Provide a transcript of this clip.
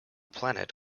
planet